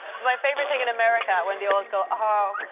it's my favourite thing in america when they always go, oh,